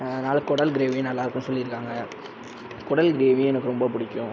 அதனால் குடல் கிரேவியும் நல்லாயிருக்குன்னு சொல்லியிருக்காங்க குடல் கிரேவியும் எனக்கு ரொம்ப பிடிக்கும்